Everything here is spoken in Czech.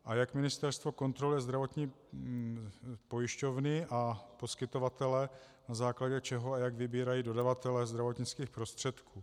A jak ministerstvo kontroluje zdravotní pojišťovny a poskytovatele, na základě čeho a jak vybírají dodavatele zdravotnických prostředků?